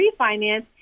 refinance